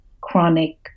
chronic